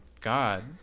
god